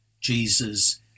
Jesus